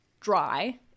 dry